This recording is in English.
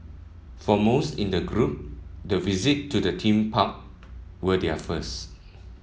for most in the group the visit to the theme park were their first